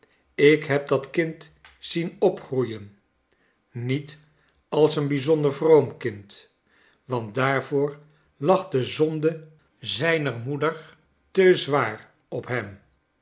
ik neb dat kind zien opgroeien niet als een bijzonder vroom kind want daarvoor lag de zonde zijner moeder te zwaar op hem